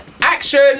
action